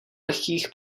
lehkých